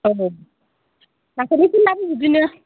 औ फायखारिफोरनाबो बिदिनो